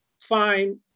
fine